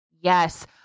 Yes